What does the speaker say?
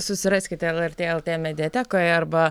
susiraskite lrt lt mediatekoje arba